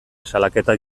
salaketak